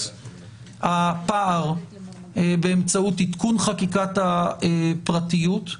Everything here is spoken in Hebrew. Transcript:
הפער באמצעות עדכון חקיקת הפרטיות.